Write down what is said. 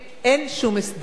אין שום הסדר.